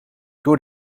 door